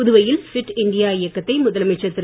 புதுவையில் fit India இயக்கத்தை முதலமைச்சர் திரு